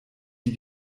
die